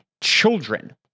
children